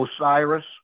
Osiris